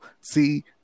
see